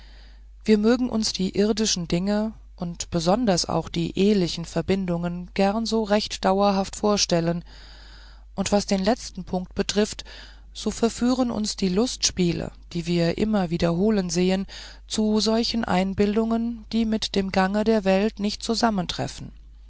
wir mögen uns die irdischen dinge und besonders auch die ehlichen verbindungen gern so recht dauerhaft vorstellen und was den letzten punkt betrifft so verführen uns die lustspiele die wir immer wiederholen sehen zu solchen einbildungen die mit dem gange der welt nicht zusammentreffen